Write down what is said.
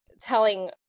telling